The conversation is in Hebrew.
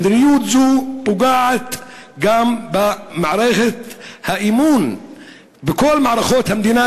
מדיניות זו פוגעת גם באמון בכל מערכות המדינה